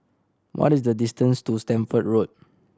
what is the distance to Stamford Road